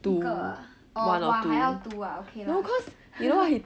一个 ah orh !wah! 还要 two ah okay lah